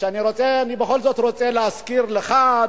אני בכל זאת רוצה להזכיר לך,